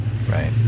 Right